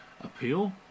Appeal